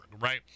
right